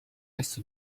est